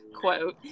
quote